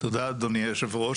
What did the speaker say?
תודה אדוני היושב-ראש.